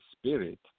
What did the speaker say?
spirit